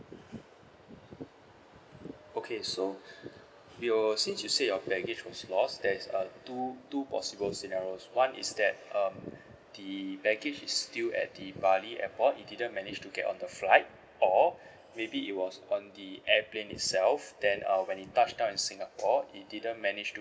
okay so your since you said your baggage was lost there's a two two possible scenarios one is that um the baggage is still at the bali airport you didn't manage to get on the flight or maybe it was on the airplane itself then uh when it touch down in singapore it didn't manage to